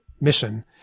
mission